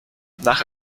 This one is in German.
nach